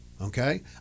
okay